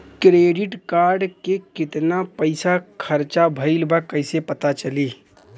Credit card के कितना पइसा खर्चा भईल बा कैसे पता चली?